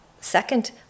Second